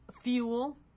fuel